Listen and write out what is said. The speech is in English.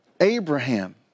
Abraham